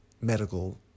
medical